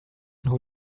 who